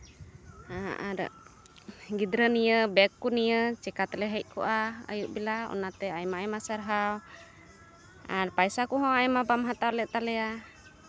ᱟᱨ ᱜᱤᱫᱽᱨᱟᱹ ᱱᱤᱭᱮ ᱵᱮᱜᱽ ᱠᱚ ᱱᱤᱭᱮ ᱪᱤᱠᱟᱹ ᱛᱮᱞᱮ ᱦᱮᱡ ᱠᱚᱜᱼᱟ ᱟᱹᱭᱩᱵ ᱵᱮᱞᱟ ᱚᱱᱟᱛᱮ ᱟᱭᱢᱟ ᱟᱭᱢᱟ ᱥᱟᱨᱦᱟᱣ ᱟᱨ ᱯᱚᱭᱥᱟ ᱠᱚᱦᱚᱸ ᱟᱭᱢᱟ ᱵᱟᱢ ᱦᱟᱛᱟᱣ ᱞᱮᱫ ᱛᱟᱞᱮᱭᱟ